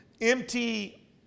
empty